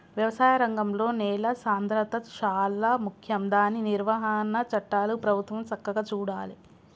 వ్యవసాయ రంగంలో నేల సాంద్రత శాలా ముఖ్యం దాని నిర్వహణ చట్టాలు ప్రభుత్వం సక్కగా చూడాలే